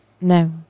No